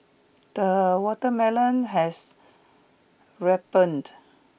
the watermelon has ripened